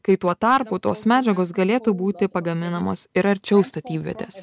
kai tuo tarpu tos medžiagos galėtų būti pagaminamos ir arčiau statybvietės